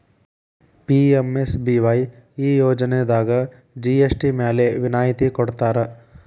PMSBY ಈ ಯೋಜನಾದಾಗ GST ಮ್ಯಾಲೆ ವಿನಾಯತಿ ಕೊಡ್ತಾರಾ